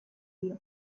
dio